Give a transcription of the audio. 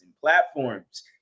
platforms